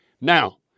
Now